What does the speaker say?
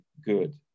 good